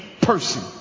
person